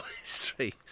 history